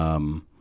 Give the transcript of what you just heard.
um,